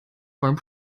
beim